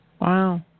Wow